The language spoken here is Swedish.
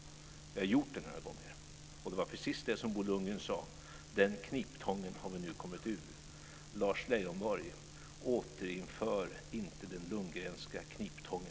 Vi har gjort det några gånger. Och det var precis det som Bo Lundgren sade: Den kniptången har vi nu kommit ur. Återinför inte, Lars Leijonborg, den Lundgrenska kniptången.